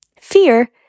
Fear